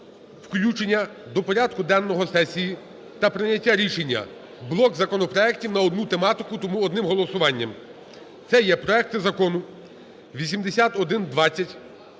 включення до порядку денного сесії та прийняття рішення блок законопроектів на одну тематику, тому що одним голосуванням. Це є проект закону 8120,